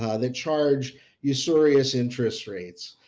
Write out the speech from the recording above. ah they charge usurious interest rates.